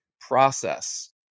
process